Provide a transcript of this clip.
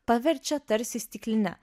paverčia tarsi stikline